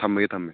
ꯊꯝꯃꯒꯦ ꯊꯝꯃꯦ